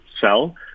sell